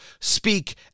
speak